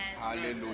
Hallelujah